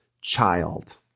child